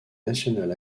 national